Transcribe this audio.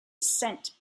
sent